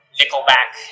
nickelback